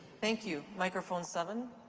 thank you. microphone seven?